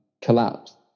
collapse